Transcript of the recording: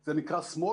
זה נקרא ---,